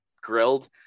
grilled